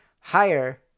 higher